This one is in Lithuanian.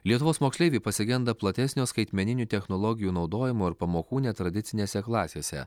lietuvos moksleiviai pasigenda platesnio skaitmeninių technologijų naudojimo ir pamokų netradicinėse klasėse